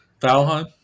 Valheim